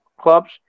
clubs